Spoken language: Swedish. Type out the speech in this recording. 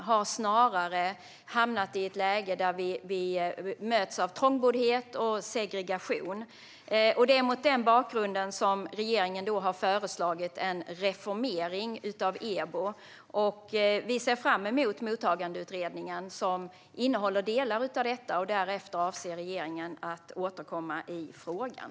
Nu har vi snarare hamnat i ett läge där vi möts av trångboddhet och segregation. Mot den bakgrunden har regeringen föreslagit en reformering av EBO. Vi ser fram emot betänkandet från Mottagandeutredningen, som kommer att innehålla delar av detta, och därefter avser regeringen att återkomma i frågan.